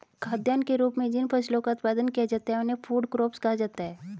खाद्यान्न के रूप में जिन फसलों का उत्पादन किया जाता है उन्हें फूड क्रॉप्स कहा जाता है